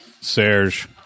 Serge